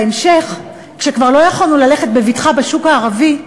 בהמשך, כשכבר לא יכולנו ללכת בבטחה בשוק הערבי,